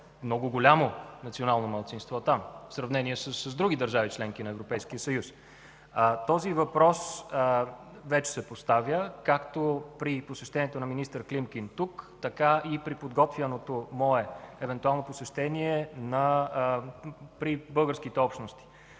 много голямо национално малцинство там, в сравнение с други държави – членки на Европейския съюз. Този въпрос вече се поставя както при посещението на министър Климкин тук, така и при подготвяното мое евентуално посещение при българските общности